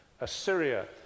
Assyria